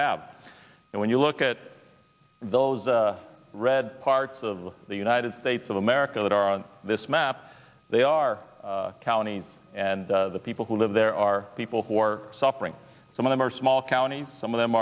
have and when you look at those red parts of the united states of america that are on this map they are counties and the people who live there are people who are suffering some of them are small counties some of them